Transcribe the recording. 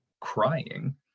crying